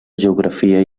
geografia